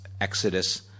Exodus